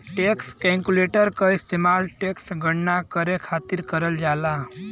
tax calculator क इस्तेमाल tax क गणना करे खातिर करल जाला